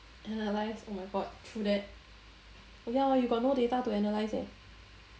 analyze oh my god true that oh ya lor you got no data to analyze eh